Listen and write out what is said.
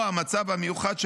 או המצב המיוחד,